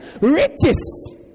riches